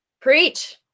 Preach